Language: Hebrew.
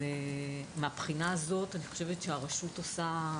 מהבחינה הזאת אני חושבת שהרשות עושה,